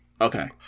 Okay